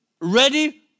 Ready